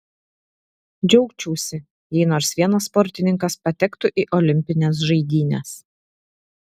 džiaugčiausi jei nors vienas sportininkas patektų į olimpines žaidynes